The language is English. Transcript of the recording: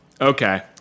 Okay